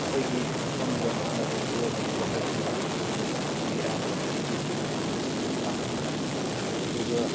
ꯑꯩꯈꯣꯏꯒꯤ ꯃꯐꯝꯗ ꯉꯥꯡꯅꯕ ꯃꯔꯨ ꯑꯣꯏꯕ ꯂꯦꯡꯒꯣꯏꯁ ꯍꯥꯏꯔꯒꯗꯤ ꯃꯅꯤꯄꯨꯔꯤ ꯉꯥꯡꯅꯩ ꯑꯩꯈꯣꯏꯒꯤ ꯑꯌꯥꯝꯕ ꯂꯣꯀꯦꯂꯤꯇꯤꯗꯗꯤ ꯃꯩꯇꯩꯅ ꯅꯝꯅ ꯇꯥꯕꯅꯤꯅ ꯑꯗꯨꯒ